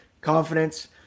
Confidence